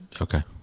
Okay